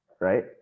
Right